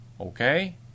Okay